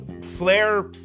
Flair